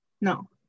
No